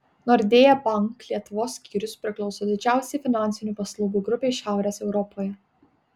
nordea bank lietuvos skyrius priklauso didžiausiai finansinių paslaugų grupei šiaurės europoje